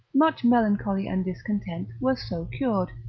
much melancholy and discontent, was so cured.